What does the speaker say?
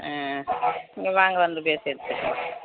ஆ நீங்கள் வாங்க வந்து பேசி எடுத்துக்கலாம்